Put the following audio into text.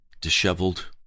Disheveled